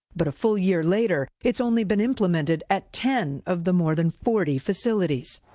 but a full year later it's only been implemented at ten of the more than forty facilities.